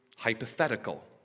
Hypothetical